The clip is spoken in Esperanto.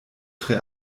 tre